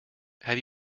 have